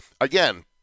again